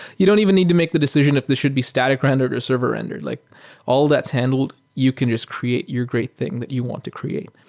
you don't even need to make the decision if this should be static-rendered or server-rendered like all that's handled. you can just create your great thing that you want to create.